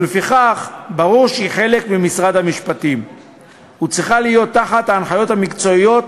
ולפיכך ברור שהיא חלק ממשרד המשפטים וצריכה להיות תחת ההנחיות המקצועיות